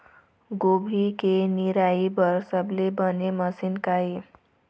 गोभी के निराई बर सबले बने मशीन का ये?